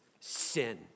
sin